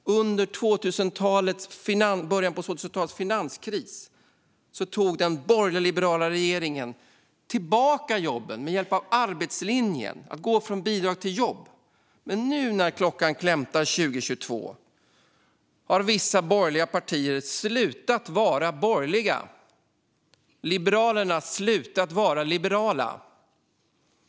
I början av 2000-talets finanskris tog den borgerliga, liberala regeringen tillbaka jobben med hjälp av arbetslinjen, där man gick från bidrag till jobb. Men nu, när klockan klämtar 2022, har vissa borgerliga partier slutat att vara borgerliga, och Liberalerna har slutat att vara liberala.